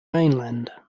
mainland